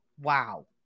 wow